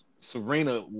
Serena